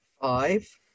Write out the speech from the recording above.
Five